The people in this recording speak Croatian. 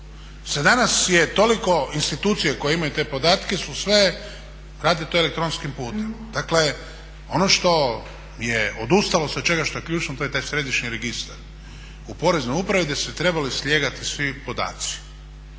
za danas je toliko institucije koje imaju te podatke su sve rade to elektronskim putem. Dakle, ono što je odustalo se od čega, što je ključno to je taj središnji registar u Poreznoj upravi gdje su se trebali slijevati svi podaci.